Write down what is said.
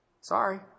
Sorry